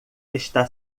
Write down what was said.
está